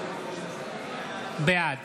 בעד